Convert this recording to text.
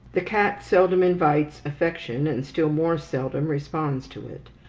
the cat seldom invites affection, and still more seldom responds to it.